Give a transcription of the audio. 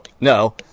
no